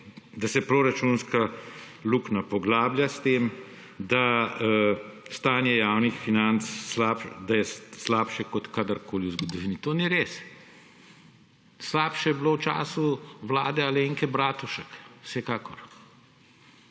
da se proračunska luknja poglablja, s tem da je stanje javnih financ slabše kot kadarkoli v zgodovini. To ni res. Slabše je bilo v času vlade Alenke Bratušek, vsekakor.